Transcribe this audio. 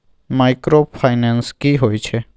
Microfinance की होय छै?